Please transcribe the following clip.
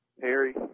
Harry